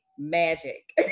magic